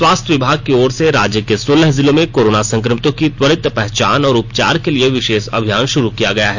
स्वास्थ्य विभाग की ओर से राज्य के सोलह जिलों में कोरोना संक्रमितों की त्वरित पहचान और उपचार के लिए विशेष अभियान शुरू किया गया है